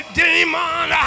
demon